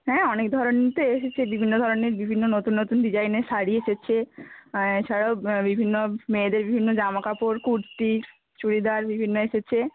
হ্যাঁ অনেক ধরনের তো এসেছে বিভিন্ন ধরনের বিভিন্ন নতুন নতুন ডিজাইনের শাড়ি এসেছে এছাড়াও বিভিন্ন মেয়েদের বিভিন্ন জামাকাপড় কুর্তি চুড়িদার বিভিন্ন এসেছে